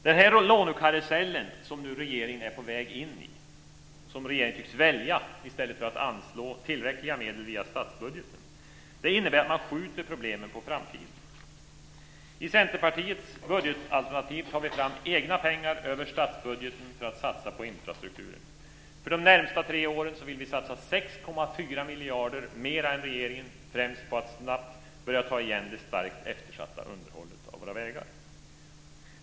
Den lånekarusell som regeringen nu är på väg in i, som regeringen tycks välja i stället för att anslå tillräckliga medel via statsbudgeten, innebär att man skjuter problemen på framtiden. I Centerpartiets budgetalternativ tar vi fram egna pengar över statsbudgeten för att satsa på infrastrukturen. För de närmaste tre åren vill vi satsa 6,4 miljarder mer än regeringen, främst på att snabbt börja ta igen det starkt eftersatta underhållet av våra vägar.